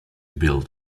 build